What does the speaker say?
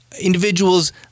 individuals